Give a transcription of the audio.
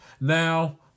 Now